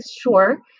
sure